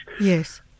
Yes